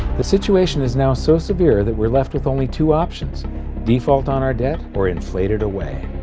the situation is now so severe that we're left with only two options default on our debt, or inflate it away.